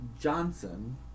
Johnson